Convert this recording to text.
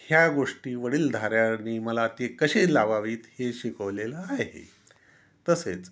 ह्या गोष्टी वडीलधाऱ्यानी मला ते कसे लावावीत हे शिकवलेलं आहे तसेच